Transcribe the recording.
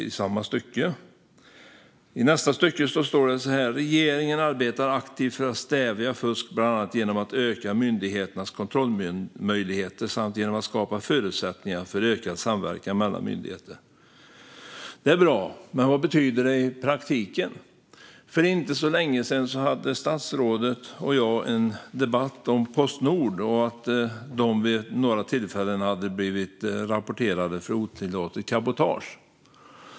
I nästa stycke står det: "Regeringen arbetar aktivt för att stävja fusk, bland annat genom att öka myndigheters kontrollmöjligheter samt genom att skapa förutsättningar för ökad samverkan mellan myndigheter." Det är bra, men vad betyder det i praktiken? För inte så länge sedan hade statsrådet och jag en debatt om Postnord och att de vid några tillfällen hade blivit rapporterade för otillåtet cabotage.